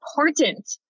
important